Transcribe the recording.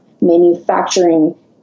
manufacturing